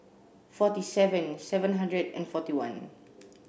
forty seven seven hundred and forty one